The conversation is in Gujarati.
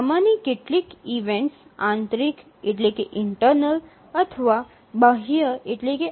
આમાંની કેટલીક ઈવેન્ટસ આંતરિક અથવા બાહ્ય ઈવેન્ટસ હોઈ શકે છે